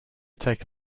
take